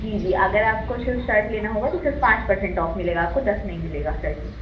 जी जी अगर आपको सिर्फ़ शर्ट लेना होगा तो सिर्फ़ पाँच परसेंट ऑफ़ मिलेगा आपको दस नहीं मिलेगा शर्ट में